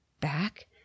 back